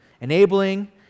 enabling